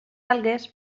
algues